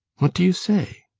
what do you say?